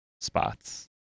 spots